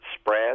spread